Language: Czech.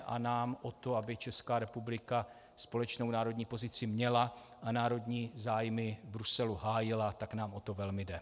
A nám o to, aby Česká republika společnou národní pozici měla a národní zájmy v Bruselu hájila, tak nám o to velmi jde.